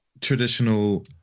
traditional